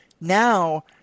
now